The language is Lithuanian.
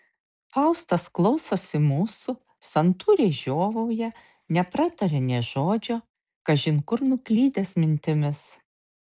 faustas klausosi mūsų santūriai žiovauja neprataria nė žodžio kažin kur nuklydęs mintimis